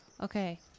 Okay